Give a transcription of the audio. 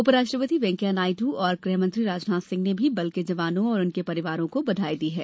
उपराष्ट्रपति वैंकैया नायडू और गृहमंत्री राजनाथ सिंह ने भी बल के जवानों और उनके परिवारों को बधाई दी है